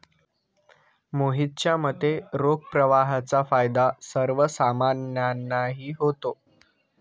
मोहितच्या मते, रोख प्रवाहाचा फायदा सर्वसामान्यांनाही होतो